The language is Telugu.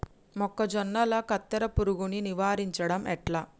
మొక్కజొన్నల కత్తెర పురుగుని నివారించడం ఎట్లా?